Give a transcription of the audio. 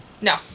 No